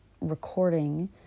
recording